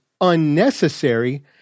unnecessary